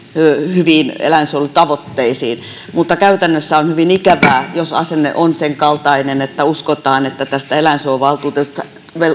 hyviin eläinsuojelutavoitteisiin mutta käytännössä on hyvin ikävää jos asenne on sen kaltainen että uskotaan että eläinsuojeluvaltuutetusta